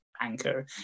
anchor